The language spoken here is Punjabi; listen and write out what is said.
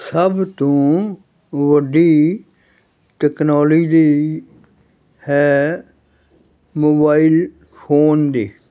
ਸਭ ਤੋਂ ਵੱਡੀ ਟੈਕਨੋਲੋਜੀ ਹੈ ਮੋਬਾਈਲ ਫੋਨ ਦੀ